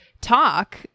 talk